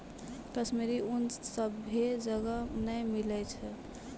कश्मीरी ऊन सभ्भे जगह नै मिलै छै